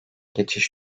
geçiş